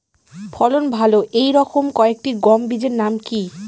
ফলন ভালো এই রকম কয়েকটি গম বীজের নাম কি?